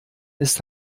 ist